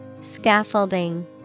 Scaffolding